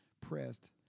pressed